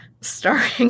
starring